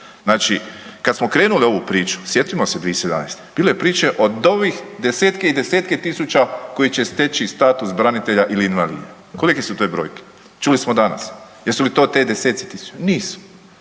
Znači kad smo krenuli u ovu priču, sjetimo se 2017. bilo je priče od ovih desetke i desetke tisuća koji će steći status branitelja ili invalida. Kolike su te brojke, čuli smo danas. Jesu li to ti deseci tisuća, nisu.